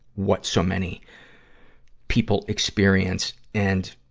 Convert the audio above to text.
what so many people experience and,